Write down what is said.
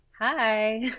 Hi